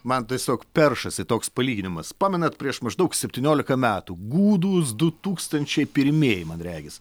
man tiesiog peršasi toks palyginimas pamenat prieš maždaug septyniolika metų gūdūs du tūkstančiai pirmieji man regis